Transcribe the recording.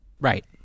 Right